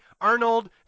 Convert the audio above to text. Arnold